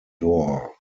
door